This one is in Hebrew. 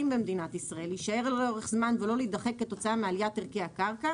במדינת ישראל להישאר לאורך זמן ולא להידחק כתוצאה מעליית ערכי הקרקע,